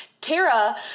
Tara